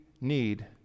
need